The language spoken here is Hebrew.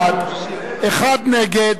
בעד, 39, אחד נגד,